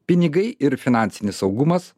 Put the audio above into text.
pinigai ir finansinis saugumas